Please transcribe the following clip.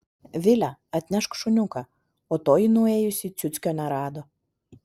vile atnešk šuniuką o toji nuėjusi ciuckio nerado